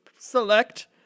select